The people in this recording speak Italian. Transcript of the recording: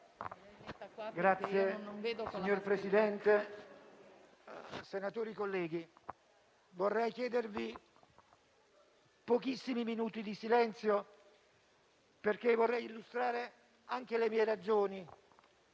Signor Presidente, colleghi senatori, vorrei chiedervi pochissimi minuti di silenzio perché vorrei illustrare anche le mie ragioni.